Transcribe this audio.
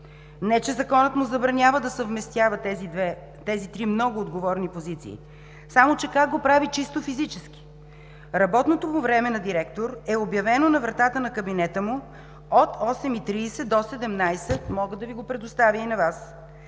не че законът му забранява да съвместява тези три много отговорни позиции, само че как го прави чисто физически?! Работното му време на директор е обявено на вратата на кабинета – от 8,30 ч. до 17,00 ч., мога да Ви го предоставя и ще Ви